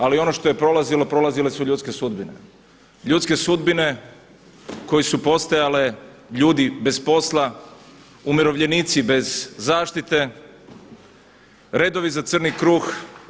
Ali ono što je prolazilo, prolazile su ljudske sudbine, ljudske sudbine koje su postajale ljudi bez posla, umirovljenici bez zaštite, redovi za crni kruh.